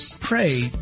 pray